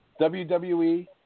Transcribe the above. WWE